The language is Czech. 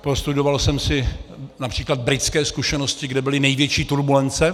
Prostudoval jsem si např. britské zkušenosti, kde byly největší turbulence.